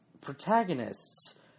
protagonists